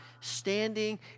standing